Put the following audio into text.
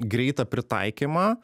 greitą pritaikymą